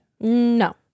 No